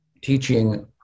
teaching